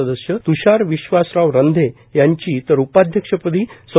सदस्य त्षार विश्वासराव रंधे यांची तर उपाध्यक्ष पदी सौ